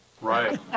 Right